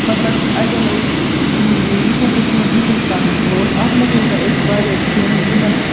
مَطلَب کہِ اَڑٮ۪ن اوس یُس ہَسا سون ہِندوستان اوس اتھ مَنٛز ہَسا ٲسۍ واریاہ تِم یِمَن